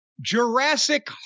Jurassic